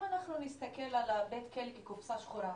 אם נסתכל על בית כלא כקופסה שחורה,